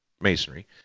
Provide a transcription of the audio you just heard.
masonry